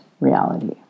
reality